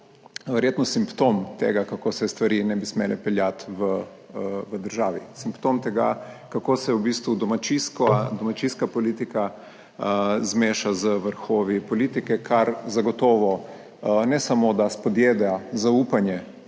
verjetno simptom tega kako se stvari ne bi smele peljati v državi, simptom tega kako se v bistvu domačijsko domačijska politika zmeša z vrhovi politike, kar zagotovo ne samo, da spodjeda zaupanje